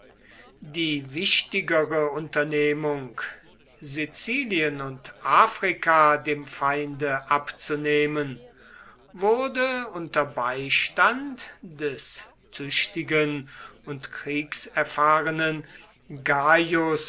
die wichtigere unternehmung sizilien und afrika dem feinde abzunehmen wurde unter beistand des tüchtigen und kriegserfahrenen gaius